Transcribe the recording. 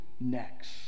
next